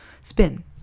spin